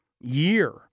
year